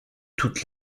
toute